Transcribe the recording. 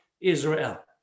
Israel